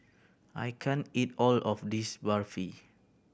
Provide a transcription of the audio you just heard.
I can't eat all of this Barfi